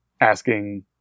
asking